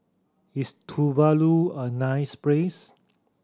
is Tuvalu a nice place